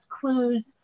clues